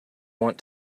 want